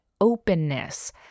openness